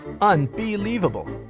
Unbelievable